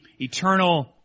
eternal